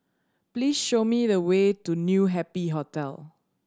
please show me the way to New Happy Hotel